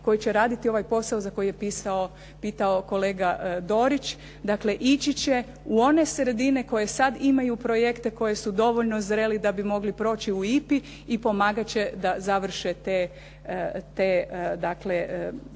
koji će raditi ovaj posao za koji je pitao kolega Dorić. Dakle, ići će u one sredine koje sad imaju projekte, koje su dovoljno zreli da bi mogli proći u IPA-i i pomagati će da završe te